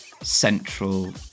central